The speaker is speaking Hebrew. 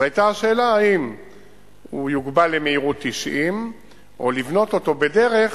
אז היתה השאלה אם הוא יוגבל למהירות 90 או לבנות אותו בדרך